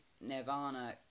Nirvana